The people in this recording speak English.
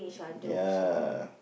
ya